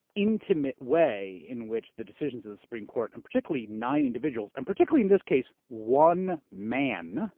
intimate way in which the decisions of the supreme court and particularly nine individuals, and particularly in this case one man